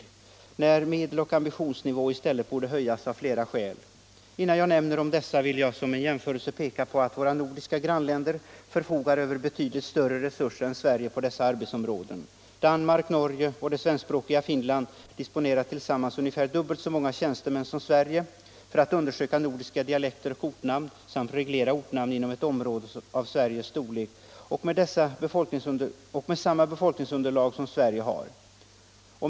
Ändå borde medels och ambitionsnivån i stället höjas av flera skäl. Jag vill som en jämförelse peka på att våra nordiska grannländer förfogar över betydligt större resurser än Sverige på dessa arbetsområden. Danmark, Norge och det svenskspråkiga Finland disponerar tillsammans ungefär dubbelt så många tjänstemän som Sverige för att undersöka nordiska dialekter och ortnamn samt reglera ortnamn inom ett område av Sveriges storlek och med samma befolkningsunderlag som Sverige har.